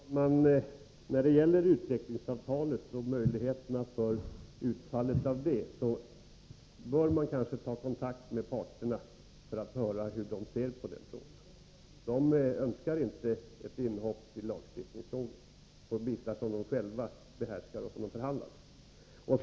Herr talman! När det gäller frågan om utvecklingsavtalet och dess möjliga utfall bör man kanske ta kontakt med parterna och höra hur de ser på detta. De önskar inte ett inhopp lagstiftningsvägen i frågor som de själva behärskar och som vi har förhandlat om.